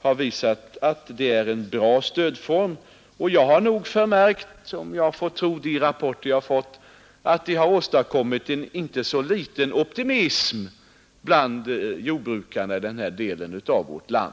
har visat att det är en bra stödform. Jag har förmärkt, om jag får tro de rapporter jag fått, att den har åstadkommit en inte så liten optimism bland jordbrukarna i de här delarna av vårt land.